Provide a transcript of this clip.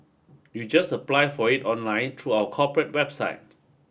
you just apply for it online true our corporate website